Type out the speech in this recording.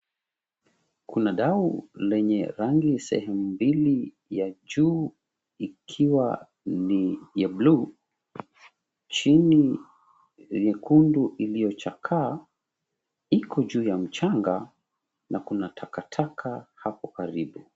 Kuna dau lenye rangi sehemu mbili, ya juu ikiwa ni ya bluu, chini nyekundu iliyochakaa. Iko juu ya mchanga na kuna takataka hapo karibu.